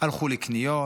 הלכו לקניות,